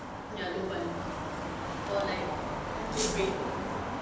ya low bun or like I have to braid